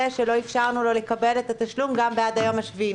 שלא אפשרנו לו לקבל את התשלום גם בעוד היום השביעי.